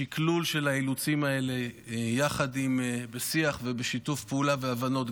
שקלול של האילוצים האלה בשיח ובשיתוף פעולה והבנות,